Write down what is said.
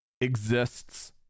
exists